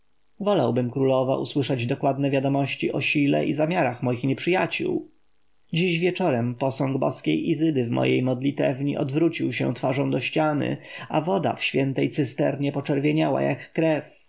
wolałbym królowo usłyszeć dokładne wiadomości o sile i zamiarach moich nieprzyjaciół dziś wieczorem posąg boskiej izydy w mojej modlitewni odwrócił się twarzą do ściany a woda w świętej cysternie poczerwieniała jak krew